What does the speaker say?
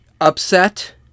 upset